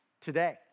Today